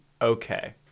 Okay